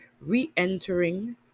re-entering